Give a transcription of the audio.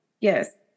yes